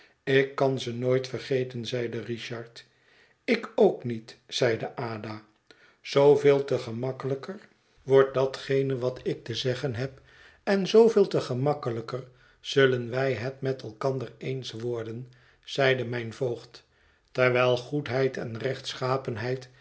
ik kan ze nooit vergeten zeide richard ik ook niet zeide ada zooveel te gemakkelijker wordt datgene wat ik te zeggen heb en zooveel te gemakkelijker zullen wij het met elkander eens worden zeide mijn voogd terwijl goedheid en